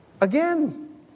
Again